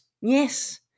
Yes